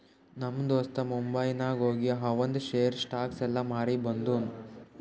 ನಮ್ ದೋಸ್ತ ಮುಂಬೈನಾಗ್ ಹೋಗಿ ಆವಂದ್ ಶೇರ್, ಸ್ಟಾಕ್ಸ್ ಎಲ್ಲಾ ಮಾರಿ ಬಂದುನ್